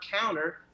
counter